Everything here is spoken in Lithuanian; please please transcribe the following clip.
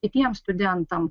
kitiem studentam